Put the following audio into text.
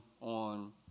on